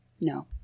no